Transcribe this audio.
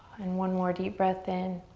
and one more deep breath in.